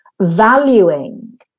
valuing